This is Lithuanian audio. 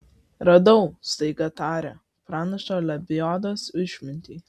radau staiga tarė pranašo lebiodos išmintį